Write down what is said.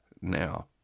now